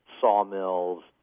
sawmills